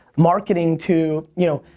marketing to, ya know,